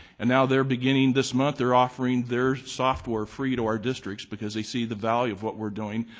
and now they're beginning this month, they're offering their software free to our districts because they see the value of what we're doing,